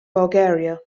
bulgaria